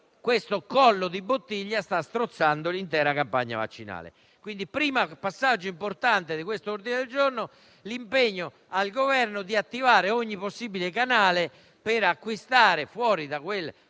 un collo di bottiglia che sta strozzando l'intera campagna vaccinale. Il primo passaggio importante di questo ordine del giorno è quindi l'impegno al Governo di attivare ogni possibile canale per acquistare al di fuori di quello